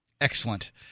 Excellent